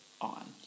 on